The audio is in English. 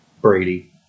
Brady